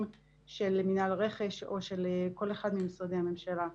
של מינהל הרכש או של כל אחד ממשרדי הממשלה.